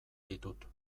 ditut